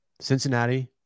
Cincinnati